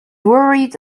worried